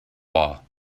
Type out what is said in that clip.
wall